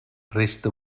resta